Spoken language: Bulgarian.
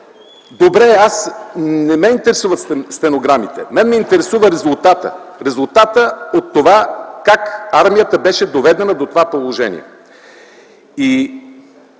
Добре, не ме интересуват стенограмите. Мен ме интересува резултатът от това как армията беше доведена до това положение. Аз